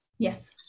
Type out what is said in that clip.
Yes